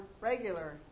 regular